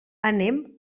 anem